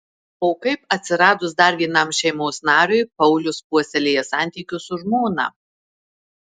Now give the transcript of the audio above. o kaip atsiradus dar vienam šeimos nariui paulius puoselėja santykius su žmona